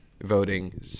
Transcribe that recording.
voting